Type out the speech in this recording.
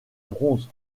bronze